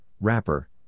wrapper